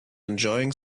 enjoying